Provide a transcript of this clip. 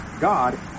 God